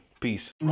peace